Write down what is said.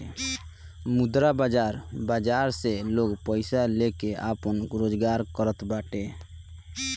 मुद्रा बाजार बाजार से लोग पईसा लेके आपन रोजगार करत बाटे